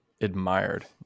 admired